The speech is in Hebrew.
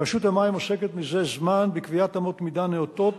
רשות המים עוסקת מזה זמן בקביעת אמות מידה נאותות